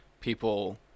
people